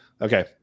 Okay